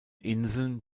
inseln